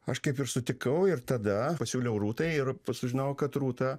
aš kaip ir sutikau ir tada pasiūliau rūtai ir sužinojau kad rūta